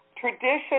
tradition